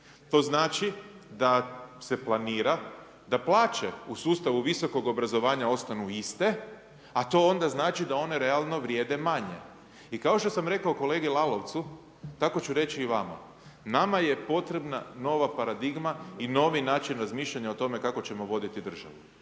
da plaće da se planira da plaće u sustavu visokog obrazovanja ostanu iste a to onda znači da one realno vrijede manje. I kao što sam rekao kolegi Lalovcu, tako ću reći i vama, nama je potrebna nova paradigma i novi način razmišljanja o tome kako ćemo vidjeti državu.